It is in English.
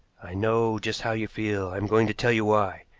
i know just how you feel. i am going to tell you why.